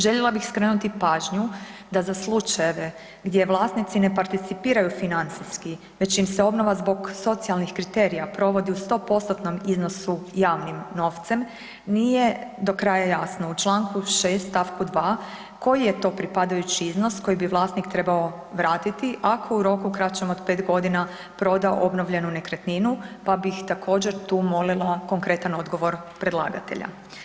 Željela bih skrenuti pažnju da za slučajeve gdje vlasnici ne participiraju financijski, već im se obnova zbog socijalnih kriterija provodi u 100% iznosu javnim novcem, nije do kraja jasna, u članku 6., stavku 2., koji je to pripadajući iznos koji bi vlasnik trebao vratiti ako u roku kraćem od pet godina proda obnovljenu nekretninu, pa bih također tu molila konkretan odgovor predlagatelja.